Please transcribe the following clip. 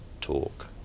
talk